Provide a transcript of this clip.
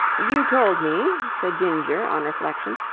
you told me, said ginger, on reflection,